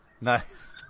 Nice